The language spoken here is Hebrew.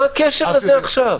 מה הקשר לזה עכשיו?